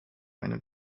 eine